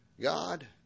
God